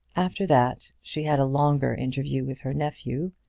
after that, she had a longer interview with her nephew,